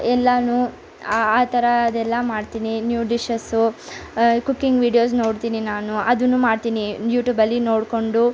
ಎಲ್ಲವೂ ಆ ಥರ ಅದೆಲ್ಲ ಮಾಡ್ತೀನಿ ನ್ಯೂ ಡಿಶಸ್ ಕುಕ್ಕಿಂಗ್ ವಿಡಿಯೋಸ್ ನೋಡ್ತೀನಿ ನಾನು ಅದನ್ನೂ ಮಾಡ್ತೀನಿ ಯೂಟ್ಯೂಬಲ್ಲಿ ನೋಡಿಕೊಂಡು